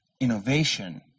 innovation